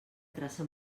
traça